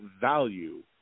value